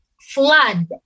flood